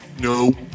No